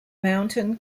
mountain